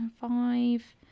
five